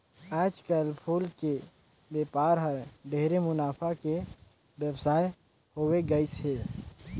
आयज कायल फूल के बेपार हर ढेरे मुनाफा के बेवसाय होवे गईस हे